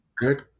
Good